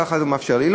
ככה זה מאפשר לי,